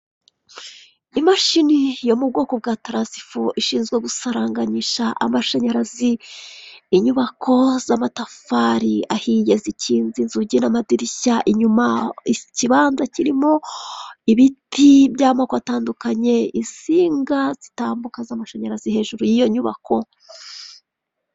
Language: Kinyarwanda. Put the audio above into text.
Imishini yo mu bwoko bwa taransifo ishinzwe gusaranganyisha amashanyarazi, inyubako z'amatafari ahiye zikinze inzugi n'amadirishya, inyuma ikibanza kirimo ibiti by'amoko atandukanye, insiga zitambuka z'amashanyarazi hejuru y'iyo nyubako.